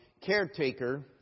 caretaker